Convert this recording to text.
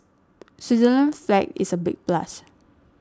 Switzerland's flag is a big plus